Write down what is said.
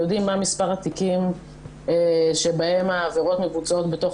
התיקים שבהם העבירות מבוצעות בתוך